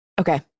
Okay